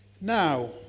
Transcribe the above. Now